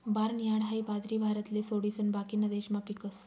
barnyard हाई बाजरी भारतले सोडिसन बाकीना देशमा पीकस